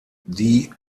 die